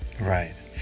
Right